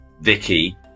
Vicky